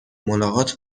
ملاقات